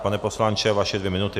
Pane poslanče, vaše dvě minuty.